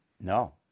No